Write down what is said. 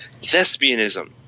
thespianism